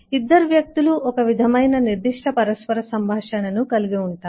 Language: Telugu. ఇద్దరు వ్యక్తులు ఒక విధమైన నిర్దిష్ట పరస్పర సంభాషణను కలిగి ఉంటారు